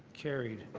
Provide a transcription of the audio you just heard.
carried.